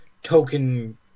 token